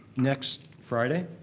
next friday?